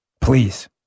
Please